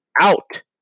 out